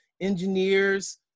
engineers